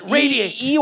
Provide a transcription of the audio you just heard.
radiate